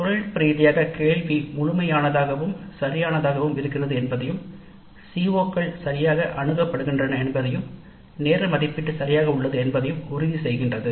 தொழில்நுட்ப ரீதியாக கேள்வி முழுமையான மற்றும் சரியான து இருக்கிறதா சிஓக்கள் சரியாக உரையாற்றப்படுகின்றன வா நேர மதிப்பீடு சரியானதாக இருக்கிறதா என்பதை உறுதிசெய்கின்றன